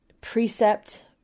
Precept